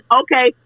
okay